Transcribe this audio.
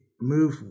move